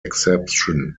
exception